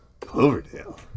Cloverdale